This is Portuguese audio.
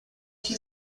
que